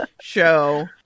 show